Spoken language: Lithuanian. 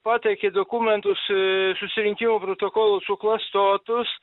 pateikė dokumentus susirinkimų protokolus suklastotus